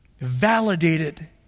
validated